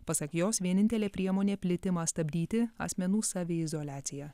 pasak jos vienintelė priemonė plitimą stabdyti asmenų saviizoliacija